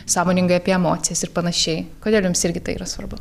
sąmoningai apie emocijas ir panašiai kodėl jums irgi tai yra svarbu